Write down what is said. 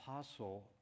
Apostle